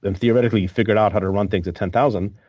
and theoretically, you figured out how to run things at ten thousand.